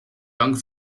bank